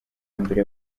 mbere